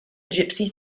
gypsy